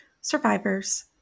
survivors